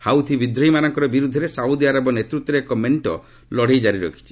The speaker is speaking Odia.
ହାଉଥି ବିଦ୍ରୋହୀମାନଙ୍କର ବିରୁଦ୍ଧରେ ସାଉଦିଆରବ ନେତୃତ୍ୱରେ ଏକ ମେଣ୍ଟ ଲଡ଼େଇ କାରି ରଖିଛି